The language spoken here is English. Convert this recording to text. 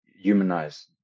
humanize